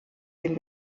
dem